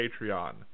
Patreon